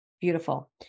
beautiful